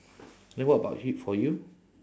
then what about y~ for you